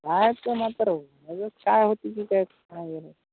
काय तर मात्र व काय होती की काय काय व